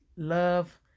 Love